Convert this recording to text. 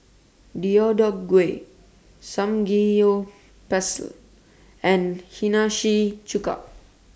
Deodeok Gui Samgyeopsal and Hiyashi Chuka